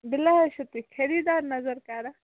بہ للہ حظ چھِو تُہۍ خریٖدار نظر کَران